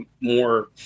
more